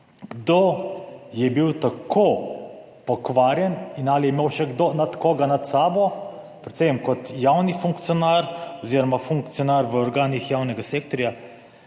Kdo je bil tako pokvarjen? Ali je imel še koga nad sabo, predvsem kot javni funkcionar oziroma funkcionar v organih javnega sektorja,